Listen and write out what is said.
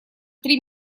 три